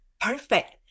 perfect